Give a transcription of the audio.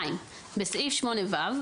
בסעיף 8(ו),